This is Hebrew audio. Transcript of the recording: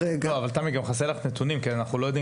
אבל גם חסרים לך נתונים כי אנחנו לא יודעים